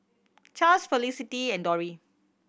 Charls Felicity and Dori